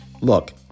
Look